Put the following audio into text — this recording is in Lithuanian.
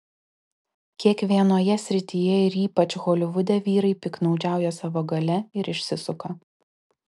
kiekvienoje srityje ir ypač holivude vyrai piktnaudžiauja savo galia ir išsisuka